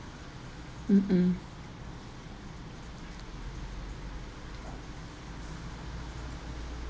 mm mm